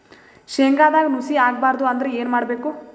ಶೇಂಗದಾಗ ನುಸಿ ಆಗಬಾರದು ಅಂದ್ರ ಏನು ಮಾಡಬೇಕು?